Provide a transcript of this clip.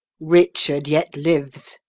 richard yet lives,